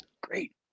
Great